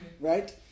Right